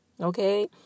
Okay